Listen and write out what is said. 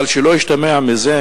אבל שלא ישתמע מזה,